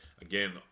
Again